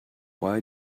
why